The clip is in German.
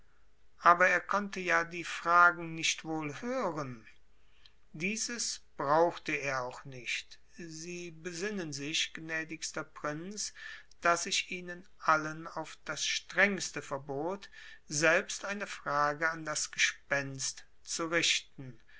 aber er konnte ja die fragen nicht wohl hören dieses brauchte er auch nicht sie besinnen sich gnädigster prinz daß ich ihnen allen auf das strengste verbot selbst eine frage an das gespenst zu richten